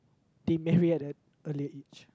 they marry at an earlier age